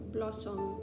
Blossom